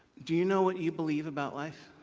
do you know what you believe about life?